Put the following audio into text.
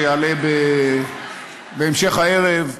שיעלה בהמשך הערב,